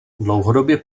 dlouhodobě